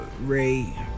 Ray